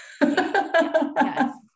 Yes